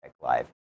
Live